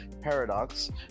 Paradox